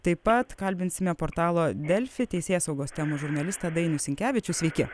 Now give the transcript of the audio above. taip pat kalbinsime portalo delfi teisėsaugos temų žurnalistą dainių sinkevičių sveiki